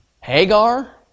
Hagar